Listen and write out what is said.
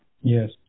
Yes